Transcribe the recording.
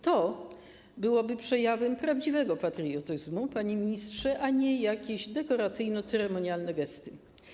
To byłby przejaw prawdziwego patriotyzmu, panie ministrze, a nie jakiś dekoracyjno-ceremonialne gest.